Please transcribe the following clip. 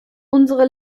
unsere